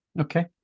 Okay